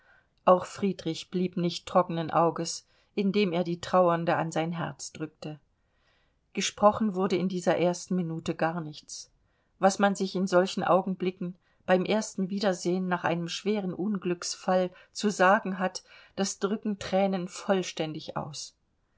auch friedrich blieb nicht trockenen auges indem er die trauernde an sein herz drückte gesprochen wurde in dieser ersten minute gar nichts was man sich in solchen augenblicken beim ersten wiedersehen nach einem schweren unglücksfall zu sagen hat das drücken thränen vollständig aus